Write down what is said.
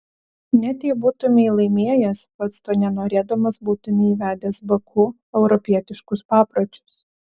net jei būtumei laimėjęs pats to nenorėdamas būtumei įvedęs baku europietiškus papročius